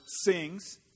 sings